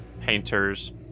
painters